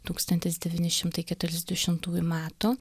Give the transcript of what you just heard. tūkstantis devyni šimtai keturiasdešimtųjų metų